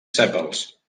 sèpals